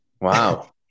Wow